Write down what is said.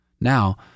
now